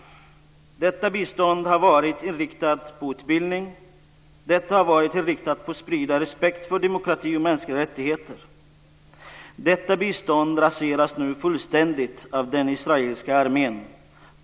Detta bistånd har varit inriktat på utbildning. Det har varit inriktat på att sprida respekt för demokrati och mänskliga rättigheter. Detta bistånd raseras nu fullständigt av den israeliska armén.